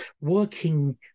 working